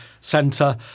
centre